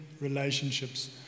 relationships